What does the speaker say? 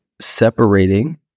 separating